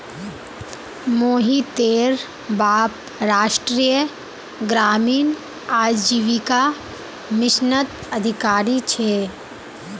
मोहितेर बाप राष्ट्रीय ग्रामीण आजीविका मिशनत अधिकारी छे